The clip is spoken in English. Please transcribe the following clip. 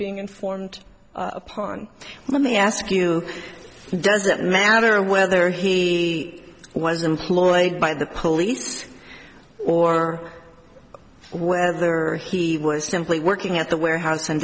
being informed upon let me ask you does it matter whether he was employed by the police or whether he was simply working at the warehouse and